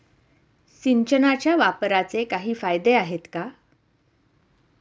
सिंचनाच्या वापराचे काही फायदे आहेत का?